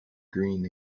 green